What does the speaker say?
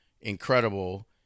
incredible